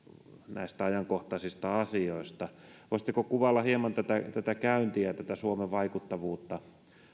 näistä ajankohtaisista asioista voisitteko kuvailla hieman tätä tätä käyntiä tätä suomen vaikuttavuutta